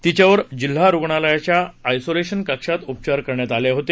तिच्यावर जिल्हा रुग्णालयाच्या आयसोलेशन कक्षात उपचार करण्यात आले होते